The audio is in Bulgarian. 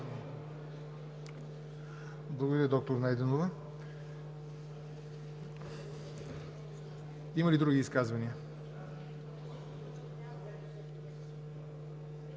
Благодаря, доктор Найденова. Има ли други изказвания?